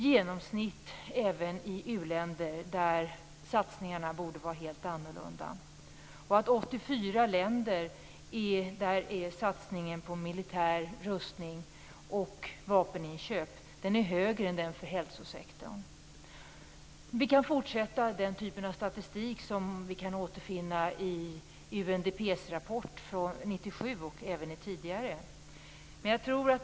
Genomsnittet gäller även för u-länder där satsningarna borde vara helt annorlunda. I 84 länder är satsningen på militär rustning och vapeninköp större än satsningen på hälsosektorn. Jag kan fortsätta att redogöra för den typen av statistik som återfinns i UNDP:s rapport från 1997 och även i tidigare rapporter.